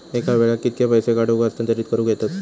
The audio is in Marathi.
एका वेळाक कित्के पैसे काढूक व हस्तांतरित करूक येतत?